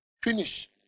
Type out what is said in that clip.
Finish